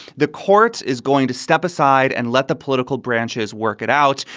the courts is going to step aside and let the political branches work it out.